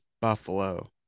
Buffalo